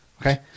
Okay